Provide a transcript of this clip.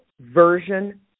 version